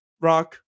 rock